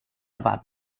about